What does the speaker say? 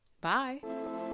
Bye